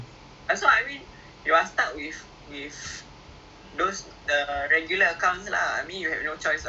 oh kita punya trip eh ah I tak tahu lah I I punya adik kejap eh I call my adik hello